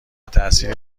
تاثیر